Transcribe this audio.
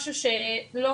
מותר לי לעשות משהו שאתה